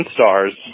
Stars